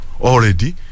already